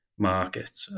market